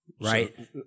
right